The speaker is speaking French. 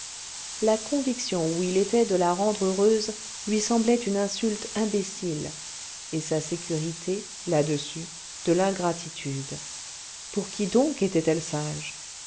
la conviction où il était de la rendre heureuse lui semblait une insulte imbécile et sa sécurité làdessus de l'ingratitude pour qui donc était-elle sage